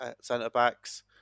centre-backs